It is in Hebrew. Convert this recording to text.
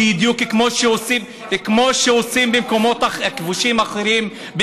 בדיוק כמו שעושים במקומות כבושים אחרים,